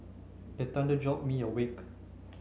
the thunder jolt me awake